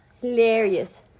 Hilarious